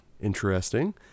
Interesting